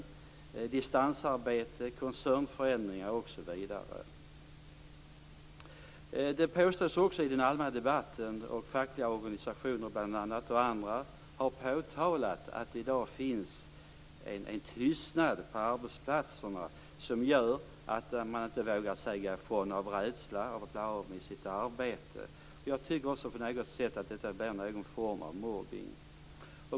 Vi har distansarbete, koncernförändringar osv. Det finns också något annat som påstås i den allmänna debatten. Fackliga organisationer och andra har påtalat att det i dag finns en tystnad på arbetsplatserna. Man vågar inte säga ifrån av rädsla att bli av med sitt arbete. Jag tycker att också detta på något sätt blir en form av mobbning.